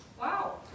wow